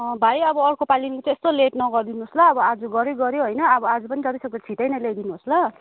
भाइ अब अर्को पाली देखिको चाहिँ त्यस्तो लेट नगरिदिनुहोस् ल अब आज गऱ्यो गऱ्यो होइन अब आज पनि जति सक्दो छिट्टै नै ल्याइदिनुहोस् ल